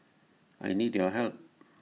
I need your help